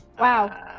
Wow